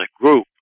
group